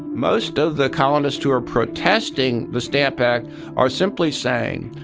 most of the colonists who are protesting the stamp act are simply saying,